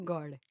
God